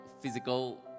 physical